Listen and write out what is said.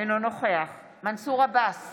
אינה נוכחת תהלה פרידמן, בעד עמיר פרץ,